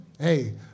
hey